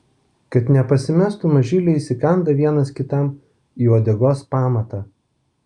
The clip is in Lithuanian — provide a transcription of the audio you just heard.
kad nepasimestų mažyliai įsikanda vienas kitam į uodegos pamatą